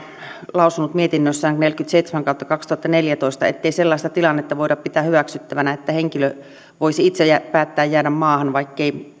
lausunut mietinnössään neljäkymmentäseitsemän kautta kaksituhattaneljätoista ettei sellaista tilannetta voida pitää hyväksyttävänä että henkilö voisi itse päättää jäädä maahan vaikkei